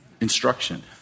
instruction